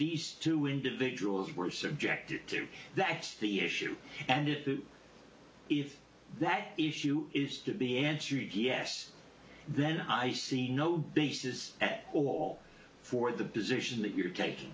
these two individuals were subjected to that's the issue and if that issue is to be answered yes then i see no basis at all for the position that you